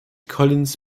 collins